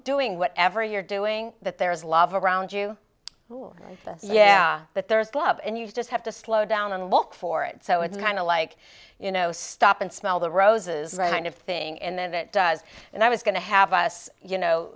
doing whatever you're doing that there is love around you yeah that there is love and you just have to slow down and look for it so it's kind of like you know stop and smell the roses right thing and then it does and i was going to have us you know